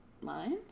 lines